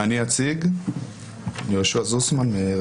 תיקון אחד הוא שינוי הסף הכמותי לפטור